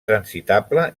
transitable